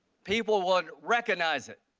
people would recognize it,